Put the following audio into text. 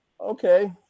Okay